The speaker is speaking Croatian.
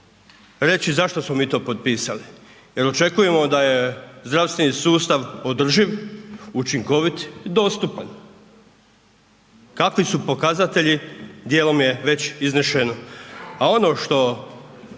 reći zašto smo mi to potpisali. Jer očekujemo da je zdravstveni sustav održiv, učinkovit i dostupan. Kakvi su pokazatelji dijelom je već iznešeno.